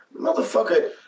motherfucker